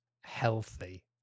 healthy